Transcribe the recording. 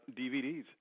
DVDs